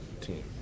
team